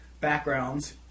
backgrounds